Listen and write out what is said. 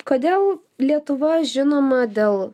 kodėl lietuva žinoma dėl